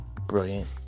brilliant